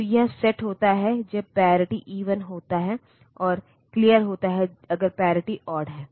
तो यह सेट होता है जब पैरिटी इवन होता है और क्लियर होता है अगर पैरिटी ओड है